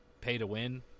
pay-to-win